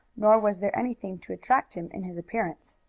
nor was there anything to attract him in his appearance.